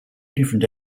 different